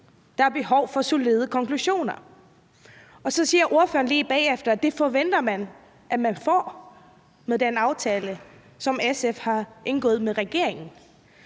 der er behov for solide konklusioner, og ordføreren siger så lige bagefter, at det forventer man at man får med den aftale, som SF har indgået med regeringen.